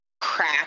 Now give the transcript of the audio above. crack